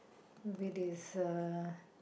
with is uh